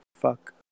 fuck